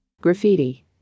Graffiti